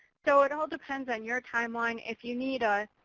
so it all depends on your timeline. if you need a